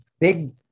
big